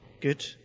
Good